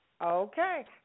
Okay